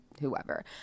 whoever